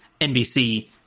nbc